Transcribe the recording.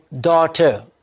daughter